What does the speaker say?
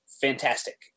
fantastic